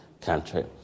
country